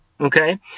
okay